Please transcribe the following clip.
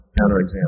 counterexample